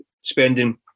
spending